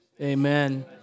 Amen